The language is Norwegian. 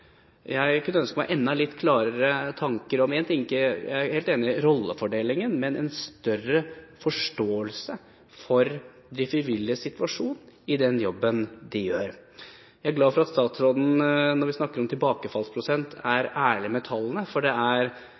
Jeg kunne ønske meg enda litt klarere tanker. Jeg er helt enig i rollefordelingen, men ønsker en større forståelse for de frivilliges situasjon i den jobben de gjør. Jeg er glad for at statsråden er ærlig om tallene når vi snakker om tilbakefallsprosent, for det er statistiske utfordringer. Det